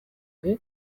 hari